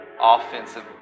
offensive